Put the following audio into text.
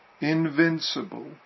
Invincible